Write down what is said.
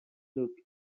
look